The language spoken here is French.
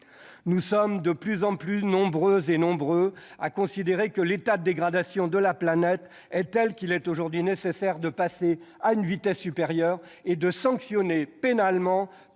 Nous sommes de plus en plus nombreux à considérer que l'état de dégradation de la planète est tel qu'il est aujourd'hui nécessaire de passer à la vitesse supérieure et de sanctionner pénalement